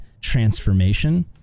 transformation